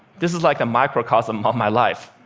this is like a microcosm of my life.